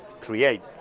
create